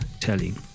telling